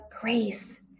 grace